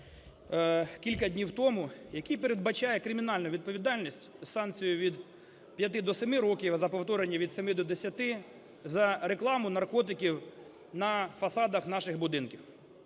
кілька днів тому, який передбачає кримінальну відповідальність, санкцію від 5 до 7 років, а за повторення від 7 до 10, за рекламу наркотиків на фасадах наших будинків?